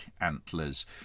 antlers